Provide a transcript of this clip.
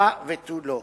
הא ותו לא.